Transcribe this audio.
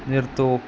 നിർത്തൂ